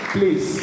Please